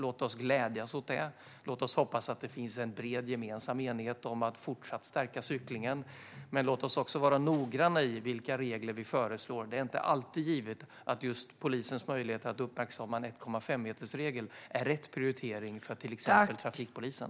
Låt oss glädjas åt det och hoppas att det finns en bred gemensam enighet om att fortsatt stärka cyklingen. Men låt oss också vara noggranna med vilka regler vi föreslår. Det är inte alltid givet att just polisens möjligheter att uppmärksamma en 1,5-metersregel är rätt prioritering för till exempel trafikpolisen.